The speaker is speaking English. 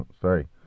Sorry